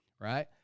right